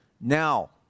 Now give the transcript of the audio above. Now